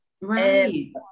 right